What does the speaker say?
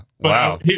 Wow